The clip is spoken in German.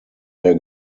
der